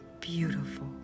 beautiful